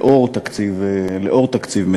לאור תקציב מדינה.